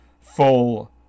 full